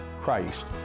christ